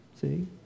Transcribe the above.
See